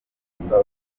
gufunga